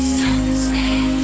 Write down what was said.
sunset